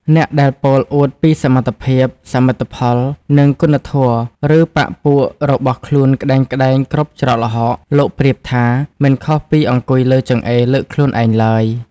អ្នកដែលពោលអួតពីសមត្ថភាព សមិទ្ធផល និងគុណធម៌ឬបក្សពួករបស់ខ្លួនក្ដែងៗគ្រប់ច្រកល្ហក លោកប្រៀបថា មិនខុសពីអង្គុយលើចង្អេរលើកខ្លួនឯងឡើយ។